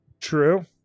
True